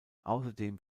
außerdem